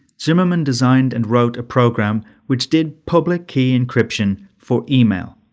zimmermann designed and wrote a program which did public key encryption for email,